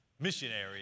missionary